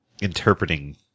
interpreting